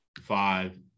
five